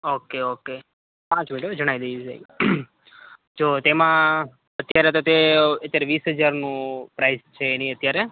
okay okay પાંચ minute હો જણાવી દઈએ સાહેબ જોવો તો તેમાં અત્યારે તો છે અત્યારે વીસ હજારનું પ્રાઇસ છે એની અત્યારે